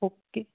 okay